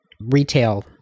retail